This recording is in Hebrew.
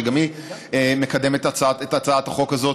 שגם היא מקדמת את הצעת החוק הזאת.